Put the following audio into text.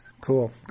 Cool